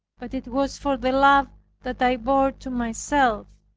but it was for the love that i bore to myself.